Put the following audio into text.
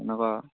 এনেকুৱা আৰু